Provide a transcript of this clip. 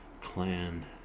clan